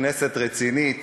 כנסת רצינית,